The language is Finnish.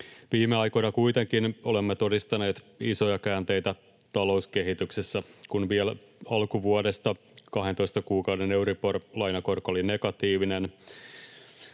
Viime aikoina kuitenkin olemme todistaneet isoja käänteitä talouskehityksessä: kun vielä alkuvuodesta 12 kuukauden euribor-lainakorko oli negatiivinen,